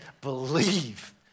believe